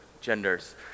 genders